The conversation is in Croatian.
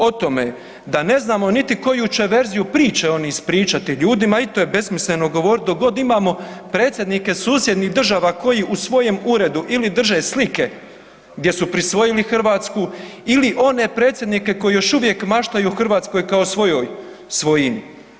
O tome da ne znamo niti koju će verziju priče ispričati ljudima, i to je besmisleno govoriti dok god imamo predsjednike susjednih država koji u svojem uredu ili drže slike gdje su prisvojili Hrvatsku ili one predsjednike koji još uvijek maštaju o Hrvatskoj kao svojoj svojini.